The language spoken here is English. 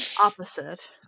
Opposite